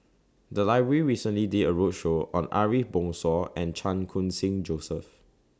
The Library recently did A roadshow on Ariff Bongso and Chan Khun Sing Joseph